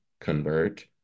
convert